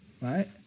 Right